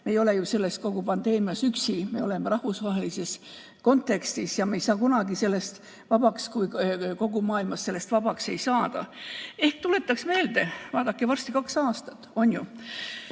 Me ei ole ju kogu selles pandeemias üksi, me oleme rahvusvahelises kontekstis ja me ei saa kunagi sellest vabaks, kui kogu maailmas sellest vabaks ei saada. Tuletan meelde: vaadake, varsti kaks aastat! Meile